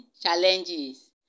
challenges